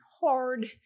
hard